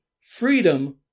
freedom